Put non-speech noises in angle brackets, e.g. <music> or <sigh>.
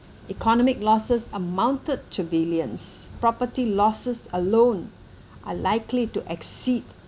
economic losses amounted to billions property losses alone <breath> are likely to exceed